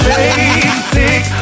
basic